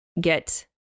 get